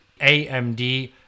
AMD